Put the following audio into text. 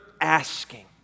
asking